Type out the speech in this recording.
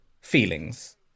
feelings